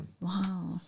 Wow